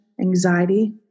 anxiety